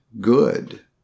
good